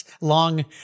long